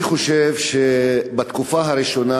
אני חושב שבתקופה הראשונה,